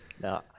No